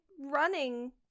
running